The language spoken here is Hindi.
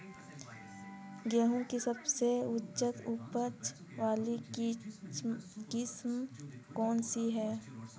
गेहूँ की सबसे उच्च उपज बाली किस्म कौनसी है?